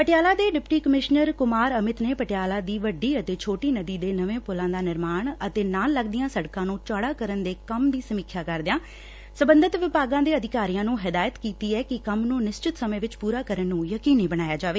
ਪਟਿਆਲਾ ਦੇ deputy commissioner Kumar Amit ਨੇ ਪਟਿਆਲਾ ਦੀ ਵੱਡੀ ਤੇ ਛੋਟੀ ਨਦੀ ਤੇ ਨਵੇ ਪੁੱਲਾ ਦਾ ਨਿਰਮਾਣ ਅਤੇ ਨਾਲ ਲਗਦੀਆਂ ਸਤਕਾਂ ਨੂੰ ਚੌੜਾ ਕਰਨ ਦੇ ਕੰਮ ਦੀ ਸਮੀਖਿਆ ਕਰਦਿਆਂ ਸਬੰਧਤ ਵਿਭਾਗਾਂ ਦੇ ਅਧਿਕਾਰੀਆਂ ਨੂੰ ਹਦਾਇਤ ਕੀਤੀ ਐ ਕਿ ਕੰਮ ਨੂੰ ਨਿਸ਼ਚਿਤ ਸੱਮੇਂ ਵਿਚ ਪੁਰਾ ਕਰਨ ਨੂੰ ਯਕੀਨੀ ਬਣਾਇਆ ਜਾਵੇ